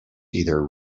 either